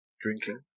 drinking